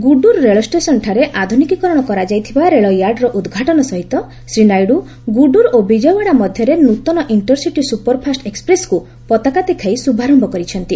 ଗୁଡୁରୁ ରେଳଷ୍ଟେସନଠାରେ ଆଧୁନିକୀକରଣ କରାଯାଇଥିବା ରେଳୟାର୍ଡର ଉଦ୍ଘାଟନ ସହିତ ଶ୍ରୀ ନାଇଡୁ ଗୁଡୁରୁ ଓ ବିଜୟୱାଡା ମଧ୍ୟରେ ନୃତନ ଇଣ୍ଟରସିଟି ସୁପରଫାଷ୍ଟ ଏକ୍ୱପ୍ରେସକୁ ପତାକା ଦେଖାଇ ଶୁଭାରମ୍ଭ କରିଛନ୍ତି